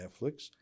Netflix